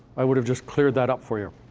i would've just cleared that up for you,